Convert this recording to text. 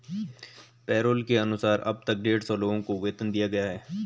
payroll के अनुसार अब तक डेढ़ सौ लोगों को वेतन दिया गया है